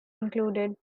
included